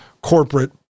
corporate